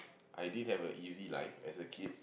I did have a easy life as a kid